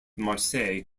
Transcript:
marseille